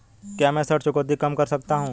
क्या मैं ऋण चुकौती कम कर सकता हूँ?